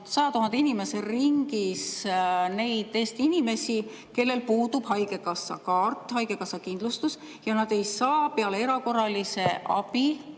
100 000 inimese ringis inimesi, kellel puudub haigekassakaart, haigekassakindlustus. Nad ei saa peale erakorralise abi